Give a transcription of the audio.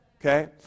Okay